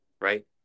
Right